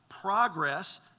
progress